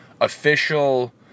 official